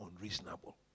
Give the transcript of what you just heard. unreasonable